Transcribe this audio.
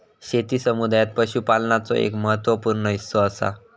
शेती समुदायात पशुपालनाचो एक महत्त्व पूर्ण हिस्सो असा